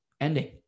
ending